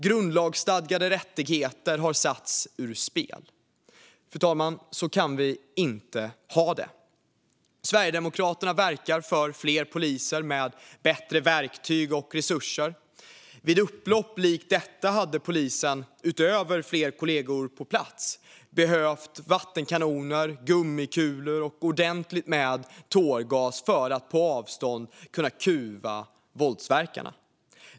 Grundlagsstadgade rättigheter har satts ur spel. Fru talman! Så kan vi inte ha det. Sverigedemokraterna verkar för fler poliser med bättre verktyg och resurser. Vid upplopp likt detta hade polisen, utöver fler kollegor på plats, behövt vattenkanoner, gummikulor och ordentligt med tårgas för att på avstånd kuva våldsverkarna.